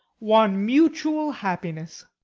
one mutual happiness!